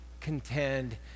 contend